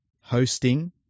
hosting